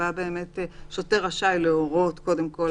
שלפיה שוטר רשאי להורות קודם כול,